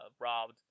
robbed